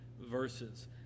verses